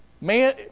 Man